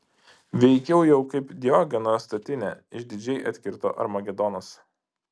veikiau jau kaip diogeno statinė išdidžiai atkirto armagedonas